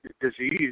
disease